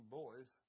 boys